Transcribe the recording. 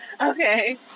Okay